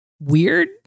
weird